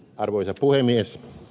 arvoisa puhemies